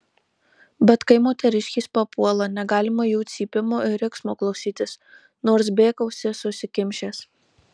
bet kai moteriškės papuola negalima jų cypimo ir riksmo klausytis nors bėk ausis užsikimšęs